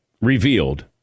revealed